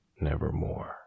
nevermore